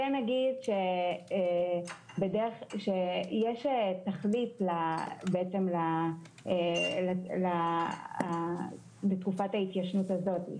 כן נגיד שיש תכלית לתקופת ההתיישנות הזאת.